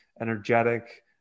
energetic